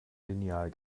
lineal